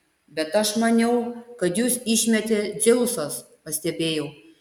bet aš maniau kad jus išmetė dzeusas pastebėjau